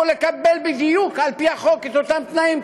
על-פי החוק אמור לקבל את אותם תנאים בדיוק,